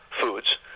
foods